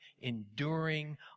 enduring